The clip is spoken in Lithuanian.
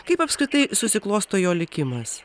kaip apskritai susiklosto jo likimas